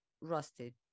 rusted